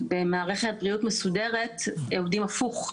במערכת בריאות מסודרת עובדים הפוך,